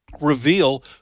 reveal